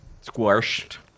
Squashed